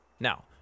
Now